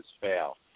fail